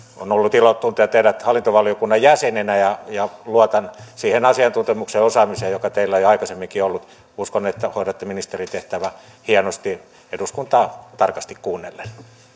on ollut ilo tuntea teidät hallintovaliokunnan jäsenenä ja ja luotan siihen asiantuntemukseen ja osaamiseen joka teillä jo aikaisemminkin on ollut uskon että hoidatte ministerin tehtävää hienosti eduskuntaa tarkasti kuunnellen